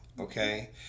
okay